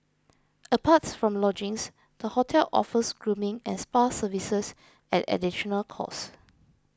apart from lodgings the hotel offers grooming and spa services at additional cost